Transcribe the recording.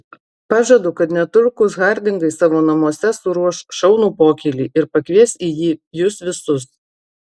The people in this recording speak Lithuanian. pažadu kad netrukus hardingai savo namuose suruoš šaunų pokylį ir pakvies į jį jus visus